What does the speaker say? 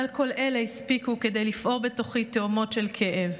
אבל כל אלה הספיקו כדי לפעור בתוכי תהומות של כאב.